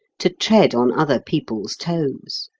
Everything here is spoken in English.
to tread on other people's toes.